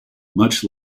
much